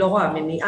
אני לא רואה מניעה.